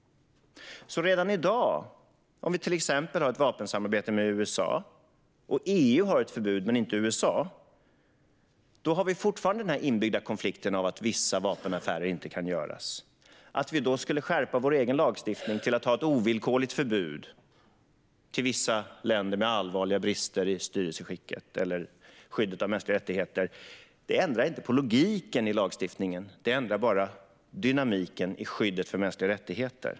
Redan i dag finns en inbyggd konflikt av att vissa vapenaffärer inte kan göras om vi exempelvis har ett vapensamarbete med USA och om EU men inte USA har ett förbud. Om vi skulle skärpa vår egen lagstiftning så att vi har ett ovillkorligt förbud för försäljning till vissa länder med allvarliga brister i styrelseskicket eller skyddet av mänskliga rättigheter ändrar det inte på logiken i lagstiftningen. Det ändrar bara dynamiken i skyddet för mänskliga rättigheter.